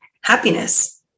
happiness